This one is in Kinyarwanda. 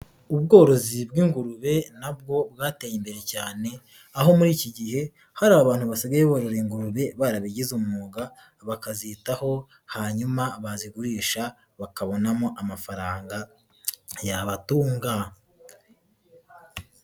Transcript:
Ubworozi bw'ingurube na bwo bwateye imbere cyane, aho muri iki gihe hari abantu basigaye borora ingurube barabigize umwuga, bakazitaho, hanyuma bazigurisha bakabonamo amafaranga yabatunga.